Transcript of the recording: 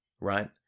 Right